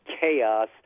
chaos